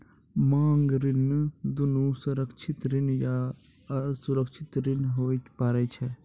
मांग ऋण दुनू सुरक्षित ऋण या असुरक्षित ऋण होय पारै छै